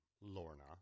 Lorna